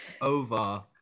Over